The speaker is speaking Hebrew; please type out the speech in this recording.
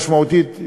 משמעותית,